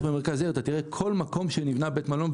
במרכז העיר אתה תראה שבכל מקום נבנה בית מלון,